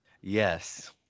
Yes